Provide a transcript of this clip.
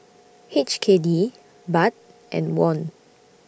H K D Baht and Won